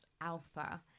alpha